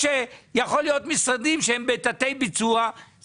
אנחנו מתחילים את השנה השביעית בתקציב המשכי.